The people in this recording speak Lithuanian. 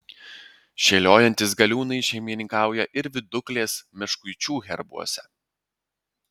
šėliojantys galiūnai šeimininkauja ir viduklės meškuičių herbuose